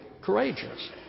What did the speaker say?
courageous